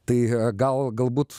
tai gal galbūt